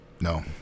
No